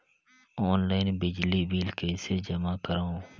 Online बिजली bill कइसे जमा करव?